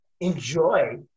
enjoy